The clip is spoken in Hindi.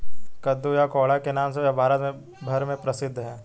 कद्दू या कोहड़ा के नाम से यह भारत भर में प्रसिद्ध है